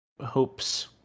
hopes